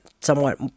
somewhat